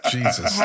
Jesus